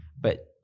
but-